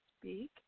speak